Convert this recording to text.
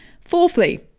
fourthly